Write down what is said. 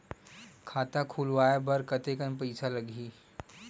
खाता खुलवाय बर कतेकन पईसा लगही?